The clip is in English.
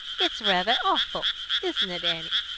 it's rather awful isn't it, annie?